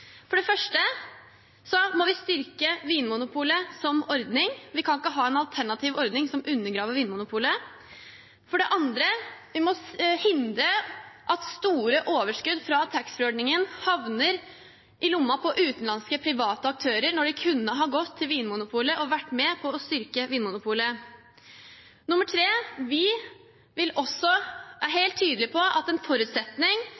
For det første må vi styrke Vinmonopolet som ordning, vi kan ikke ha en alternativ ordning som undergraver Vinmonopolet. For det andre må vi hindre at store overskudd fra taxfree-ordningen havner i lommen på utenlandske private aktører, når de kunne ha gått til, og vært med på å styrke, Vinmonopolet. For det tredje er vi helt tydelig på at en forutsetning er